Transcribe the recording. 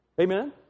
Amen